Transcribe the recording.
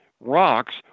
rocks